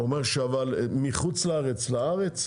הוא אמר שלארץ מחוץ לארץ,